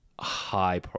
high